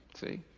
See